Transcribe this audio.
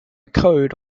code